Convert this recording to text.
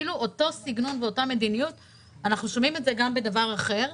את אותו סגנון ואת אותה מדיניות אנחנו שומעים גם בדבר אחר.